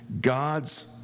God's